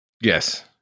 Yes